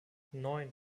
neun